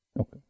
Okay